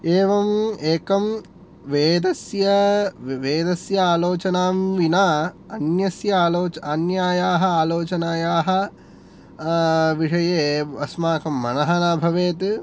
एवम् एकं वेदस्य वेदस्य आलोचनां विना अन्यस्य आलोच् अन्यायाः आलोचनायाः विषये अस्माकं मनः न भवेत्